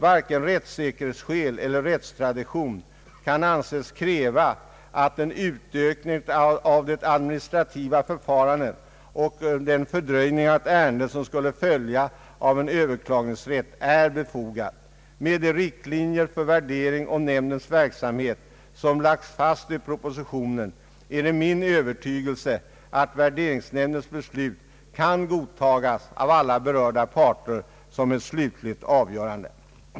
Varken rättssäkerhetsskäl eller rättstradition kan anses kräva att den utökning av det administrativa förfarandet och den fördröjning av ett ärende som skulle följa av en överklagningsrätt är befogad. Med de riktlinjer för värdering av nämndens verksamhet som lagts fast i propositionen är det min övertygelse 'att värderingsnämndens beslut kan godtagas av alla berörda parter som ett slutligt avgörande.